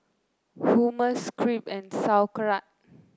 Hummus Crepe and Sauerkraut